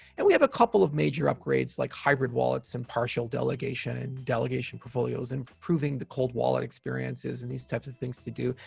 and we have a couple of major upgrades like hybrid wallets and partial delegation and delegation portfolios, improving the cold wallet experiences and these types of things to do,